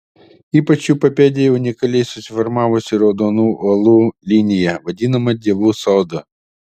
ypač jų papėdėje unikaliai susiformavusių raudonų uolų linija vadinama dievų sodu